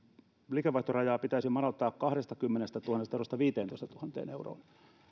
liikevaihtorajaa pitäisi madaltaa kahdestakymmenestätuhannesta eurosta viiteentoistatuhanteen euroon